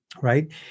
right